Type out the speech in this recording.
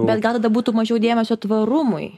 bet gal tada būtų mažiau dėmesio tvarumui